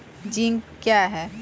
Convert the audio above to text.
Zinc क्या हैं?